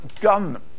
gun